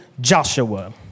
Joshua